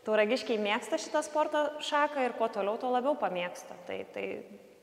tauragiškiai mėgsta šitą sporto šaką ir kuo toliau tuo labiau pamėgsta tai tai